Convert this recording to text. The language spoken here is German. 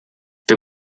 wir